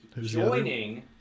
joining